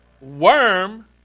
worm